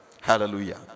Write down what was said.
Hallelujah